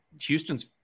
Houston's